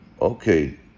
Okay